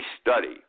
study